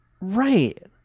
Right